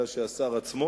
אלא השר עצמו